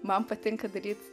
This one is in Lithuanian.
man patinka daryt